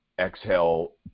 exhale